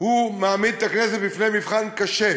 מעמיד את הכנסת בפני מבחן קשה.